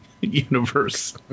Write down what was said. universe